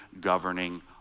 governing